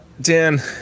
Dan